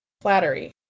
Flattery